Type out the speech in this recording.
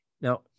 Now